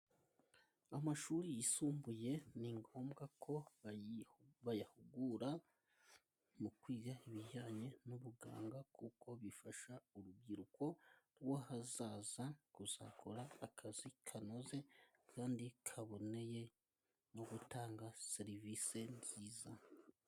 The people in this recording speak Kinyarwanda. Amashuri yisumbuye ni ngombwa ko bayahugura mu kwiga ibijyanye n'ubuganga kuko bifasha urubyiruko rw'ahazaza kuzakora akazi kanoze kandi kaboneye no gutanga serivisi nziza.